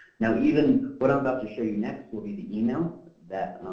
now, even what i'm about to show you next will be the email that,